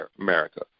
america